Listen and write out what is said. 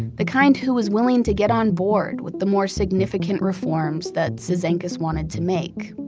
the kind who was willing to get on board with the more significant reforms that cizanckas wanted to make.